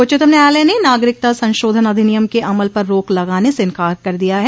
उच्चतम न्यायालय ने नागरिकता संशोधन अधिनियम के अमल पर रोक लगाने से इंकार कर दिया है